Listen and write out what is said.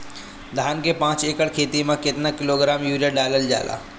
धान के पाँच एकड़ खेती में केतना किलोग्राम यूरिया डालल जाला?